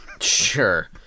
Sure